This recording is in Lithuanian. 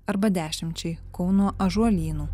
arba dešimčiai kauno ąžuolynų